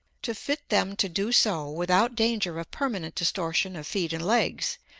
to fit them to do so without danger of permanent distortion of feet and legs,